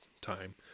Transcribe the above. time